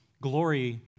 Glory